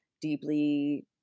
deeply